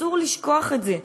אסור לשכוח את זה,